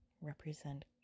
represent